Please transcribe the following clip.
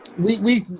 we